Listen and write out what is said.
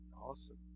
Awesome